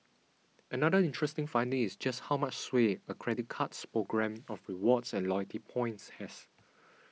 another interesting finding is just how much sway a credit card's programme of rewards and loyalty points has